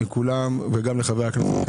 וגם לחברי הכנסת,